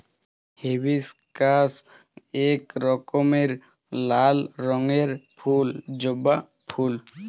hibiscus ইক রকমের লাল রঙের ফুল জবা ফুল